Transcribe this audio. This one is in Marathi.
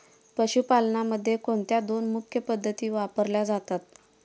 पशुपालनामध्ये कोणत्या दोन मुख्य पद्धती वापरल्या जातात?